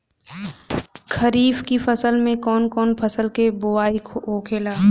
खरीफ की फसल में कौन कौन फसल के बोवाई होखेला?